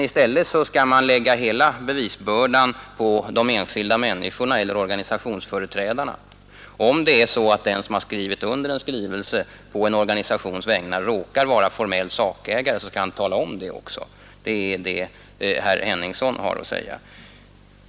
I stället vill man nu lägga hela bevisbördan på de enskilda människorna eiler organisationsföreträdarna, och om den som undertecknat en skrivelse på en organisations vägnar råkar vara formell sakägare så skall han tala om det också — det är vad herr Henningsson har att säga.